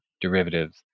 derivatives